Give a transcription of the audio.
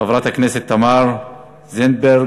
חברת הכנסת תמר זנדברג